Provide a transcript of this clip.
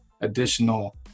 additional